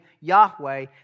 Yahweh